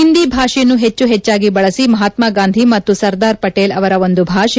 ಹಿಂದಿ ಭಾಷೆಯನ್ನು ಹೆಚ್ಚು ಹೆಚ್ಚಾಗಿ ಬಳಸಿ ಮಹಾತಾಗಾಂಧಿ ಮತ್ತು ಸರ್ದಾರ್ ಪಟೇಲ್ ಅವರ ಒಂದು ಭಾಷೆ